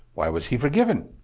why was he forgiven?